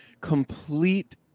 complete